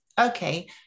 okay